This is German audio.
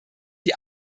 die